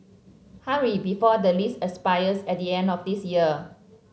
hurry before the lease expires at the end of this year